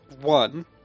One